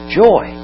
joy